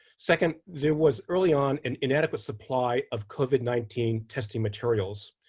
second, there was early on an inadequate supply of covid nineteen testing materials.